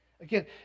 Again